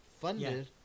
funded